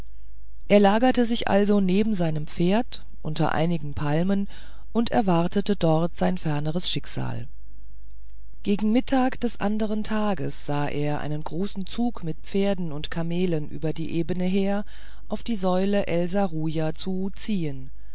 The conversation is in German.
er lagerte sich also neben seinem pferd unter einigen palmen und erwartete dort sein ferneres schicksal gegen die mitte des andern tages sah er einen großen zug mit pferden und kamelen über die ebene her auf die säule el serujah zu ziehen